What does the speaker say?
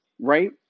right